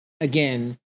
again